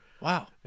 wow